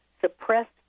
suppressed